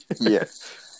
Yes